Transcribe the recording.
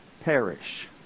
perish